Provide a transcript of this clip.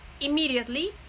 immediately